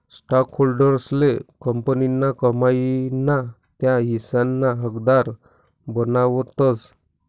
स्टॉकहोल्डर्सले कंपनीना कमाई ना त्या हिस्साना हकदार बनावतस